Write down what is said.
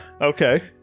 okay